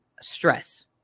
stress